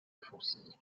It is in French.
fosse